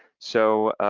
so